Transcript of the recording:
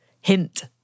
Hint